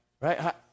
Right